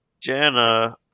Jenna